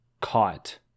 caught